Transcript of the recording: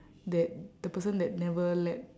that the person that never let